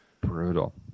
Brutal